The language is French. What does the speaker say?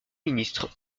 ministre